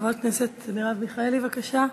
חברת הכנסת מרב מיכאלי, בבקשה.